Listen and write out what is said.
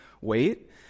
wait